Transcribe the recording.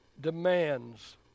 demands